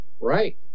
Right